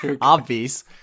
obvious